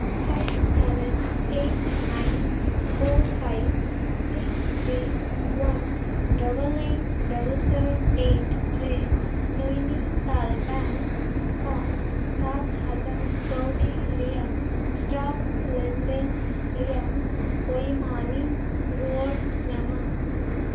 five seven eight nine four five six three one double nine double seven eight ᱨᱮ ᱱᱳᱭᱱᱤ ᱛᱟᱞ bank ᱠᱷᱚᱱ ᱥᱟᱛ ᱦᱟᱡᱟᱨ ᱠᱟᱹᱣᱰᱤ ᱨᱮᱭᱟᱝ ᱥᱴᱚᱠ ᱞᱮᱱᱫᱮᱱ ᱨᱮᱭᱟᱝ ᱯᱚᱨᱤᱢᱟᱹᱱᱤᱡᱽ ᱨᱩᱣᱟᱹᱲ ᱧᱟᱢᱟ